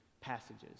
passages